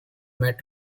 met